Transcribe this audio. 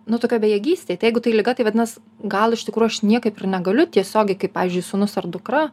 nu tokioj bejėgystėj tai jeigu tai liga tai vadinas gal iš tikrųjų aš niekaip ir negaliu tiesiogiai kaip pavyzdžiui sūnus ar dukra